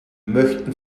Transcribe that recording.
möchten